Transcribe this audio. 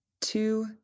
two